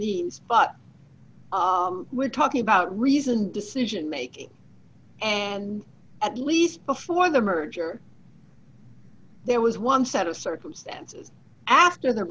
means d but we're talking about reasoned decision making and at least before the merger there was one set of circumstances after the